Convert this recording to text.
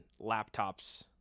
laptops